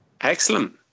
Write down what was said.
Excellent